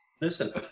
listen